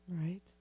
Right